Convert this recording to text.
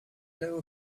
know